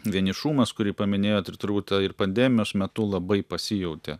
vienišumas kurį paminėjot ir turbūt ta ir pandemijos metu labai pasijautė